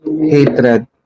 hatred